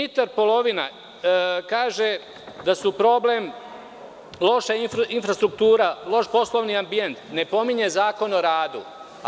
Dmitar Polovina kaže da su problem loša infrastruktura, loš poslovni ambijent, ne pominje Zakon o radu.